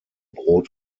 brot